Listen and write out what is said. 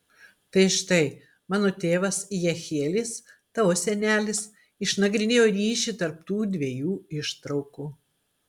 tai štai mano tėvas jehielis tavo senelis išnagrinėjo ryšį tarp tų dviejų ištraukų